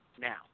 Now